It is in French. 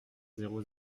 zéro